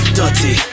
dirty